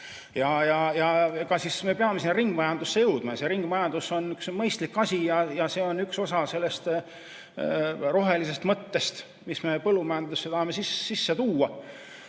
koos. Me peame ringmajandusse jõudma, ringmajandus on üks mõistlik asi ja see on üks osa sellest rohelisest mõttest, mida me põllumajandusse tahame sisse tuua.